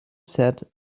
said